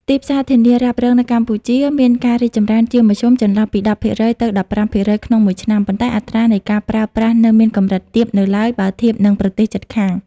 ទីផ្សារធានារ៉ាប់រងនៅកម្ពុជាមានការរីកចម្រើនជាមធ្យមចន្លោះពី ១០% ទៅ ១៥% ក្នុងមួយឆ្នាំ ប៉ុន្តែអត្រានៃការប្រើប្រាស់ នៅមានកម្រិតទាបនៅឡើយបើធៀបនឹងប្រទេសជិតខាង។